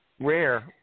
Rare